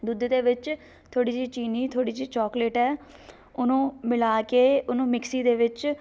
ਦੁੱਧ ਦੇ ਵਿੱਚ ਥੋੜ੍ਹੀ ਜਿਹੀ ਚੀਨੀ ਥੋੜ੍ਹੀ ਜਿਹੀ ਚੋਕਲੇਟ ਹੈ ਉਹਨੂੰ ਮਿਲਾ ਕੇ ਉਹਨੂੰ ਮਿਕਸੀ ਦੇ ਵਿੱਚ